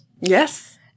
Yes